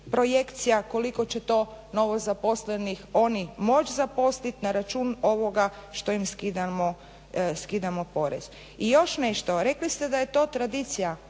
projekcija koliko će to novozaposlenih oni moći zaposliti na račun ovoga što im skidamo porez. I još nešto. Rekli ste da je to tradicija.